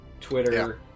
Twitter